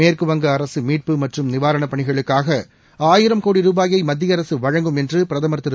மேற்குவங்க அரசு மீட்பு மற்றும் நிவாரணப் பணிகளுக்காக ஆயிரம் கோடி ரூபாயை மத்திய அரசு வழங்கும் என்று பிரதமா் திரு